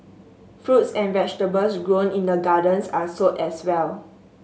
fruits and vegetables grown in the gardens are sold as well